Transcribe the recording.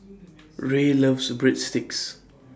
Rae loves Breadsticks